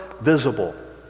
visible